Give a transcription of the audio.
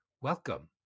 Welcome